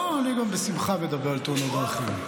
לא, אני בשמחה מדבר על תאונות דרכים.